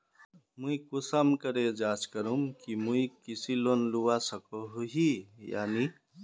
मुई कुंसम करे जाँच करूम की मुई कृषि लोन लुबा सकोहो ही या नी?